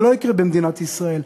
זה לא יקרה במדינת ישראל.